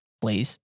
please